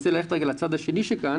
"דרך